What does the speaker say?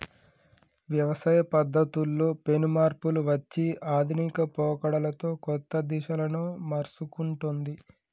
వ్యవసాయ పద్ధతుల్లో పెను మార్పులు వచ్చి ఆధునిక పోకడలతో కొత్త దిశలను మర్సుకుంటొన్ది